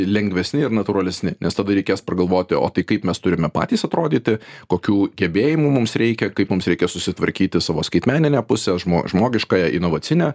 lengvesni ir natūralesni nes tada reikės pragalvoti o tai kaip mes turime patys atrodyti kokių gebėjimų mums reikia kaip mums reikia susitvarkyti savo skaitmeninę pusę žmo žmogiškąją inovacinę